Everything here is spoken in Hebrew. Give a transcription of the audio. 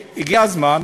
הגיע הזמן,